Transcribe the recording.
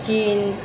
ଚୀନ